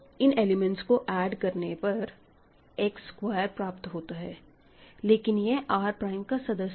इन को एलिमेंट्स को ऐड करने पर X स्क्वायर प्राप्त होता है लेकिन यह R प्राइम का सदस्य नहीं है